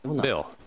Bill